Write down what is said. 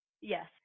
Yes